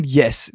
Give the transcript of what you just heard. yes